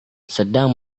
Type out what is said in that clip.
sedang